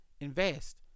Invest